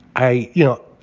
i you know,